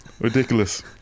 Ridiculous